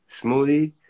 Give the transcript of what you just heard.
Smoothie